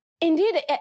Indeed